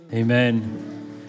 Amen